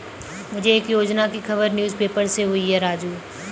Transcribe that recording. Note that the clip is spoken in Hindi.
मुझे एक योजना की खबर न्यूज़ पेपर से हुई है राजू